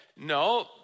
no